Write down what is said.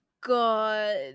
god